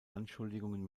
anschuldigungen